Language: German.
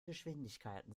geschwindigkeiten